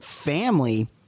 Family